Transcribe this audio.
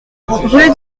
rue